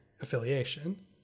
affiliation